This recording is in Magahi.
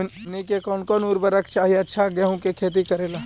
हमनी के कौन कौन उर्वरक चाही अच्छा गेंहू के खेती करेला?